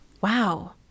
Wow